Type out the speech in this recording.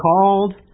called